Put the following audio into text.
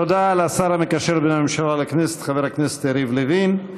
תודה לשר המקשר בין הממשלה לכנסת חבר הכנסת יריב לוין.